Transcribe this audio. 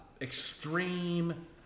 Extreme